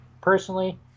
personally